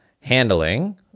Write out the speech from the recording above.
handling